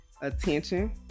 attention